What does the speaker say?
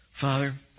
Father